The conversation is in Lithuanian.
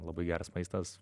labai geras maistas